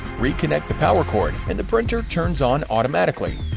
reconnect the power cord, and the printer turns on automatically.